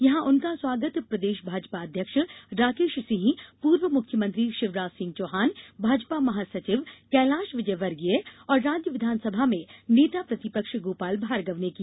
यहां उनका स्वागत प्रदेश भाजपा अध्यक्ष राकेश सिंहपूर्व मुख्यमंत्री शिवराज सिंह चौहानभाजपा महासचिव कैलाश विजयवर्गीय और राज्य विधानसभा में नेता प्रतिपक्ष गोपाल भार्गव ने किया